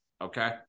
okay